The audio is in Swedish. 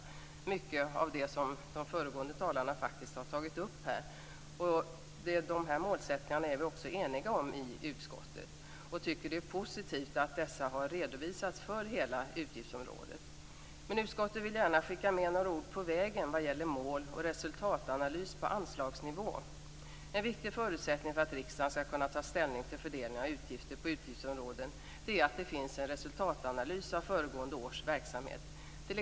Mycket av detta har de föregående talarna tagit upp. Dessa målsättningar är vi också eniga om i utskottet, och vi tycker att det är positivt att dessa har redovisats för hela utgiftsområdet. Men utskottet vill gärna skicka med några ord på vägen vad gäller mål och resultatanalys på anslagsnivå. En viktig förutsättning för att riksdagen skall kunna ta ställning till fördelningen av utgifter på utgiftsområden är att det finns en resultatanalys av föregående års verksamhet.